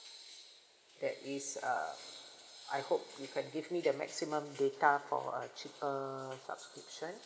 that is uh I hope you can give me the maximum data for a cheaper subscription